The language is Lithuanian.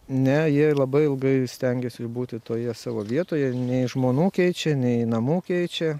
ne jie labai ilgai stengiasi būti toje savo vietoje nei žmonų keičia nei namų keičia